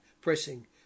pressing